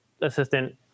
assistant